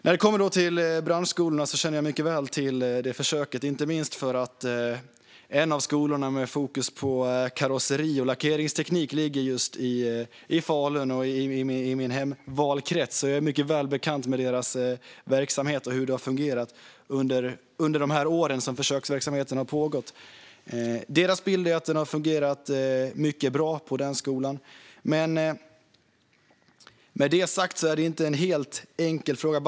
Försöket med branschskolorna känner jag mycket väl till, inte minst för att en av skolorna, med fokus på karosseri och lackeringsteknik, ligger i Falun i min hemvalkrets. Jag är mycket välbekant med deras verksamhet och hur den har fungerat under de år då försöksverksamheten pågått. Deras bild är att den har fungerat mycket bra på den skolan. Men med det sagt är det inte en helt enkel fråga.